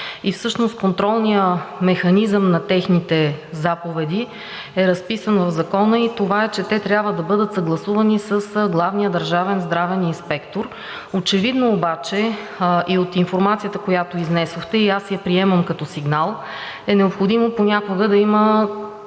Всъщност контролният механизъм на техните заповеди е разписан в Закона, и това е, че те трябва да бъдат съгласувани с главния държавен здравен инспектор. Очевидно обаче и от информацията, която изнесохте, и аз я приемам като сигнал, е необходимо понякога да има